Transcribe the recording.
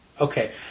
okay